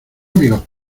amigos